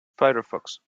firefox